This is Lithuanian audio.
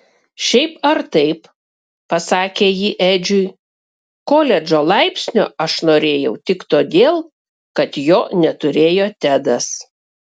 šiaip ar taip pasakė ji edžiui koledžo laipsnio aš norėjau tik todėl kad jo neturėjo tedas